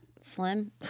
Slim